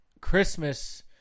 Christmas